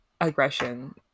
aggression